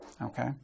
Okay